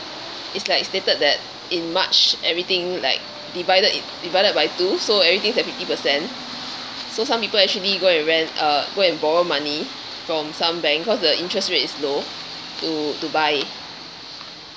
it's like stated that in march everything like divided in~ divided by two so everything's at fifty percent so some people actually go and rent uh go and borrow money from some bank cause the interest rate is low to to buy